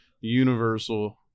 Universal